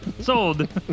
Sold